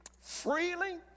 freely